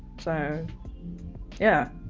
so yeah.